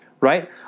Right